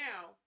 now